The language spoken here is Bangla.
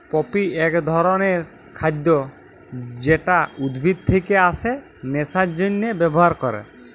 পপি এক ধরণের খাদ্য যেটা উদ্ভিদ থেকে আসে নেশার জন্হে ব্যবহার ক্যরে